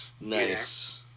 Nice